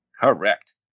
Correct